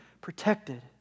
Protected